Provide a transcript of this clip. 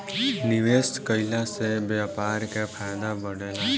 निवेश कईला से व्यापार के फायदा बढ़ेला